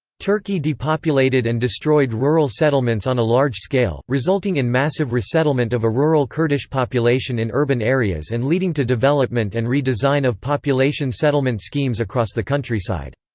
turkey depopulated and destroyed rural settlements on a large scale, resulting in massive resettlement of a rural kurdish population in urban areas and leading to development and re-design of population settlement schemes across the countryside.